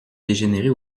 dégénérer